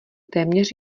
téměř